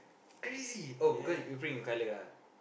crazy oh because you print in colour ah